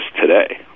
today